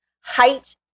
height